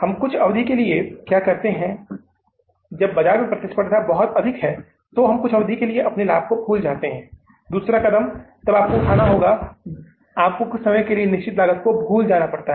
हम कुछ अवधि के लिए क्या करते हैं जब बाजार में प्रतिस्पर्धा बहुत अधिक है तो आप कुछ समय के लिए अपने लाभ को भूल जाते हैं दूसरा कदम तब आपको यह उठाना होगा कि आपको कुछ समय के लिए निश्चित लागत को भूल जाना पड़ सकता है